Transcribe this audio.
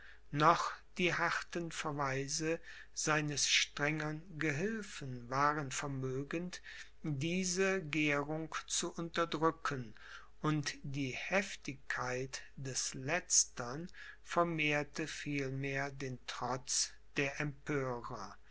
noch die harten verweise seines strengern gehilfen waren vermögend diese gährung zu unterdrücken und die heftigkeit des letztern vermehrte vielmehr den trotz der empörer